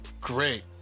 Great